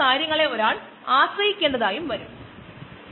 ഉയർന്ന താപനില പ്രക്രിയയെ നമ്മൾ ഓട്ടോക്ലേവിംഗ് എന്ന് വിളിക്കുന്നു